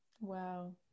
Wow